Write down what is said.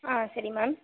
ஆ சரி மேம்